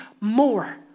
more